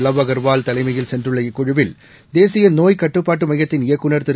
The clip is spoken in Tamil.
லாவ்அ கர்வால்தலைமையில்சென்றுள்ளஇக்குழுவில் தேசியநோய்க்கட்டுப்பாட்டுமையத்தின்இயக்குனர்திரு